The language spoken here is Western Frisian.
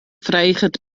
freget